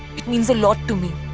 it means a lot to me.